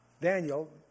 Daniel